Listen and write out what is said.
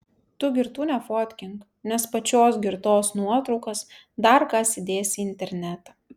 tu girtų nefotkink nes pačios girtos nuotraukas dar kas įdės į internetą